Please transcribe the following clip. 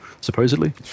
supposedly